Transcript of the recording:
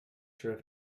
sure